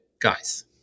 guys